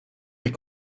est